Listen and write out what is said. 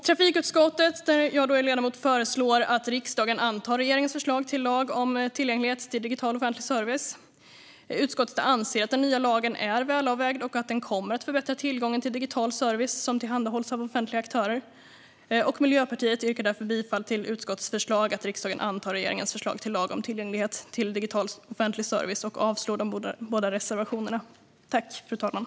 Trafikutskottet, där jag är ledamot, föreslår att riksdagen antar regeringens förslag till lag om tillgänglighet till digital offentlig service. Utskottet anser att den nya lagen är välavvägd och att den kommer att förbättra tillgången till digital service som tillhandahålls av offentliga aktörer. Vi i Miljöpartiet yrkar därför bifall till utskottets förslag att riksdagen antar regeringens förslag till lag om tillgänglighet till digital offentlig service och avslag på de båda reservationerna.